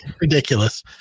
ridiculous